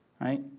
right